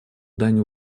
дань